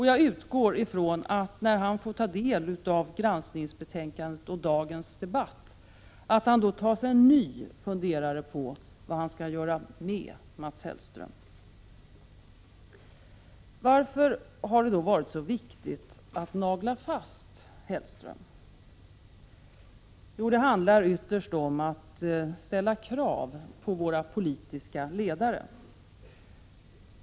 Jag utgår från att han, när han får ta del av granskningsbetänkandet och dagens debatt, tar sig en ny funderare på vad han skall göra med Mats Hellström. Varför har det då varit så viktigt att nagla fast Mats Hellström? Jo, det handlar ytterst om att ställa krav på våra politiska ledare.